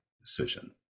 decision